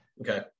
Okay